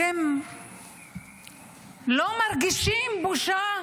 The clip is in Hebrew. אתם לא מרגישים בושה?